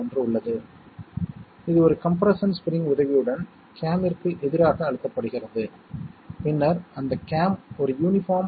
இருப்பினும் நான் இங்கே காட்டிய கணிதக் கூட்டல் என்று பார்த்தால் 2 பைட்டுகள் கூட்டப்படுகின்றன அதாவது 8 இலக்க பைனரி எண்கள்